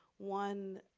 one,